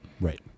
right